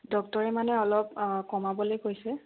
ডক্তটৰে মানে অলপ কমাবলৈ কৈছে